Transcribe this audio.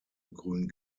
grün